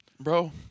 bro